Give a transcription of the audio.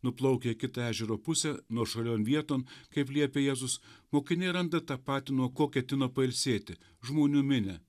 nuplaukę į kitą ežero pusę nuošalion vieton kaip liepė jėzus mokiniai randa tą patį nuo ko ketino pailsėti žmonių minią